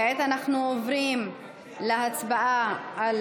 כעת אנחנו עוברים להצבעה על